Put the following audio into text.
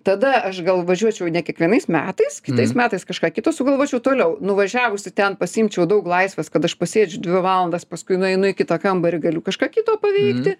tada aš gal važiuočiau ne kiekvienais metais kitais metais kažką kito sugalvočiau toliau nuvažiavusi ten pasiimčiau daug laisvės kad aš pasėdžiu dvi valandas paskui nueinu į kitą kambarį galiu kažką kito paveikti